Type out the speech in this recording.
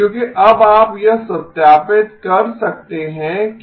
क्योंकि अब आप यह सत्यापित कर सकते हैं कि